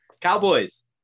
Cowboys